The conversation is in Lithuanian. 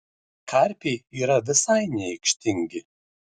karpiai yra visai neaikštingi